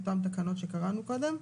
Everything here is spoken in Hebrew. אותן תקנות שקראנו קודם.